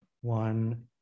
one